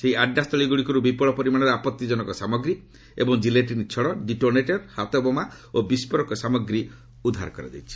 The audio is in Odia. ସେହି ଆଡ୍ଡା ସ୍ଥଳୀଗୁଡ଼ିକରୁ ବିପୁଳ ପରିମାଣର ଆପଭିଜନକ ସାମଗ୍ରୀ ଏବଂ ଜିଲେଟିନ୍ ଛଡ଼ ଡିଟୋନେଟର ହାତ ବୋମା ଓ ବିସ୍କୋରକ ସାମଗ୍ରୀ ଉଦ୍ଧାର କରାଯାଇଛି